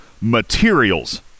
materials